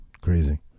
Crazy